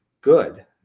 good